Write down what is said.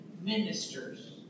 ministers